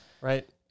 right